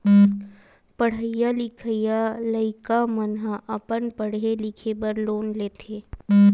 पड़हइया लिखइया लइका मन ह अपन पड़हे लिखे बर लोन लेथे